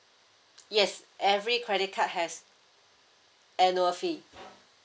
yes every credit card has annual fee